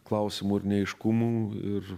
klausimų ir neaiškumų ir